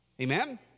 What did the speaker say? Amen